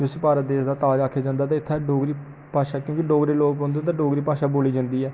जिसी भारत देश दा ताज आखेआ जंदा ऐ ते इत्थै डोगरी भाशा च बी डोगरे लोक रौंह्दे न ते डोगरी भाशा बोल्ली जंदी ऐ